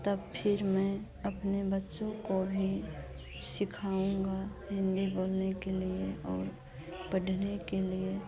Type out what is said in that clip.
तब फिर मैं अपने बच्चों को भी सिखाऊँगी हिन्दी बोलने के लिए और पढ़ने के लिए